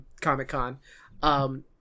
Comic-Con